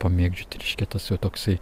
pamėgdžioti reiškia tas jau toksai